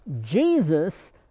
jesus